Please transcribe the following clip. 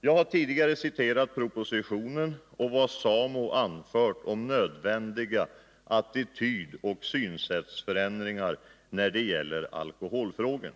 Jag har tidigare citerat ur propositionen och vad SAMO anfört om nödvändiga attitydoch synsättsförändringar när det gäller alkoholfrågorna.